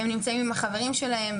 הם נמצאים עם החברים שלהם,